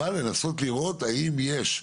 ולנסות לראות האם יש...